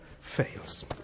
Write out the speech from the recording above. fails